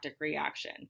reaction